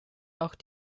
auch